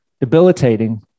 debilitating